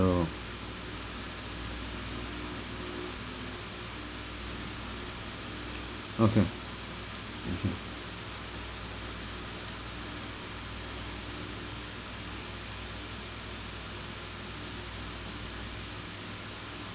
so okay mmhmm